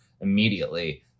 immediately